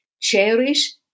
Cherish